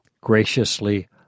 Graciously